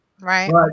Right